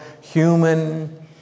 human